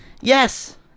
Yes